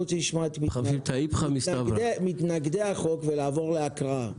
אנחנו רוצים לשמוע את מתנגדי החוק ולעבור להקראה.